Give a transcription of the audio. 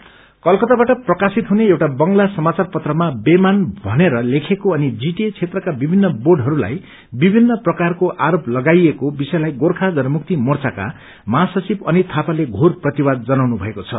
allegation कलकतावाट प्रकाशित हुने एउटा बंग्ला समाचार पत्रमा बेङ्मान भनेर लेखेको अनि जीटीए बेत्रका विभित्र बोर्डहरूलाई विभिन्न प्रकारको आरोप लगाइएको विषयलाई गोर्खा जनमुक्ति मोर्चाका महासचिव अनित यापाले घोर प्रतिवाद जनाउनु भएको छ